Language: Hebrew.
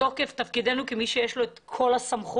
מתוקף תפקידנו, כמי שיש לו את כל הסמכות,